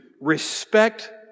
respect